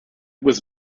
was